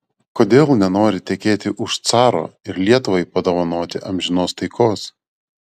kodėl nenori tekėti už caro ir lietuvai padovanoti amžinos taikos